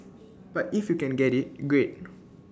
but if you can get IT great